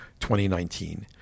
2019